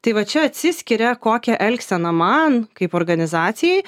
tai va čia atsiskiria kokią elgseną man kaip organizacijai